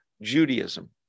Judaism